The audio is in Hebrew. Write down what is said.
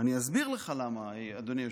אני אסביר לך למה, אדוני היושב-ראש: